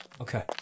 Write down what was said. Okay